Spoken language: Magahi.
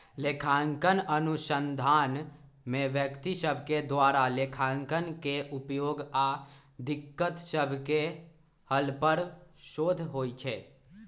लेखांकन अनुसंधान में व्यक्ति सभके द्वारा लेखांकन के उपयोग आऽ दिक्कत सभके हल पर शोध होइ छै